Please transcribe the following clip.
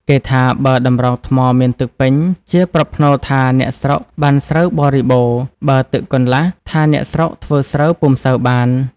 គេថាបើតម្រងថ្មមានទឹកពេញ ជាប្រផ្នូលថា អ្នកស្រុកបានស្រូវបរិបូណ៌, បើទឹកកន្លះ ថា អ្នកស្រុក ធ្វើស្រូវពុំសូវបាន ។